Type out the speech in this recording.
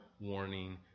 warning